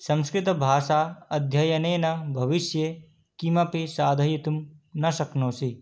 संस्कृतभाषा अध्ययनेन भविष्ये किमपि साधयितुं न शक्नोषि